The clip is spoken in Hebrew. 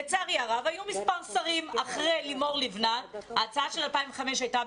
לצערי הרב היו מספר שרים אחרי לימור לבנת שהייתה שרת החינוך ב-2005,